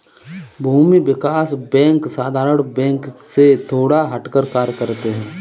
भूमि विकास बैंक साधारण बैंक से थोड़ा हटकर कार्य करते है